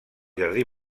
jardí